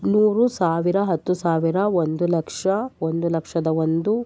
ನೂರು ಸಾವಿರ ಹತ್ತು ಸಾವಿರ ಒಂದು ಲಕ್ಷ ಒಂದು ಲಕ್ಷದ ಒಂದು